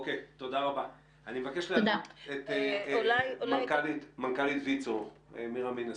אני מבקש להעלות את מנכ"לית ויצ"ו, מירה מינס.